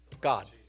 God